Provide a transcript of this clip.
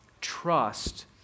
Trust